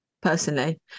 Personally